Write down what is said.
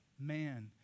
man